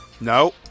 no